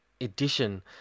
Edition